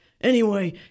Anyway